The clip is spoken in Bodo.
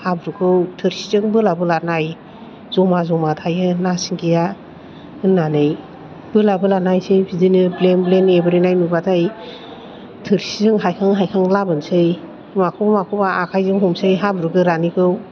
हाब्रुखौ थोरसिजों बोला बोला नाय जमा जमा थायो ना सिंगिया होन्नानै बोला बोला नायसै बिदिनो ब्लेन ब्लेन एब्रेनाय नुबाथाय थोरसिजों हायखां हायखां लाबोनोसै माखौबा माखौबा आखायजों हमनोसै हाब्रु गोरानिखौ